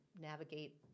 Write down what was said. navigate